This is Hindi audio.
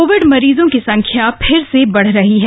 कोविड मरीजों की संख्या फिर से बढ़ रही है